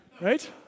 Right